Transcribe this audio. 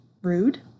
rude